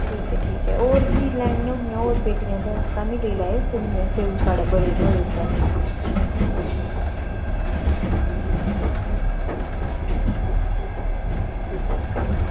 ठीक ऐ ठीक ऐ होर फ्ही लैनियां होगियां होर पेट्टियां ते तां बी लेई लैएओ स्येऊएं स्येऊ साढ़े बड़े ने होए दे इस बारी